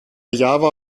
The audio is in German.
java